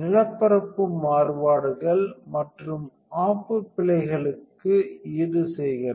நிலப்பரப்பு மாறுபாடுகள் மற்றும் ஆப்பு பிழைகளுக்கு ஈடுசெய்கிறது